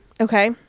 okay